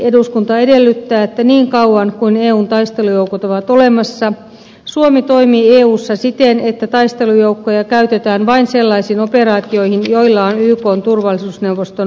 eduskunta edellyttää että niin kauan kuin eun taistelujoukot ovat olemassa suomi toimii eussa siten että taistelujoukkoja käytetään vain sellaisiin operaatioihin joilla on ykn turvallisuusneuvoston